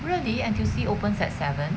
really N_T_U_C opens at seven